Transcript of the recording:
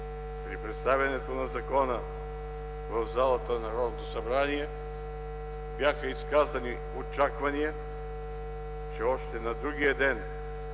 При представянето на закона в залата на Народното събрание бяха изказани очаквания, че още на другия ден